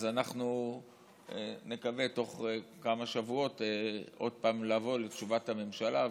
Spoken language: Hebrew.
אז אנחנו נקווה שבתוך כמה שבועות נבוא עוד פעם לתשובת הממשלה ולהצבעה.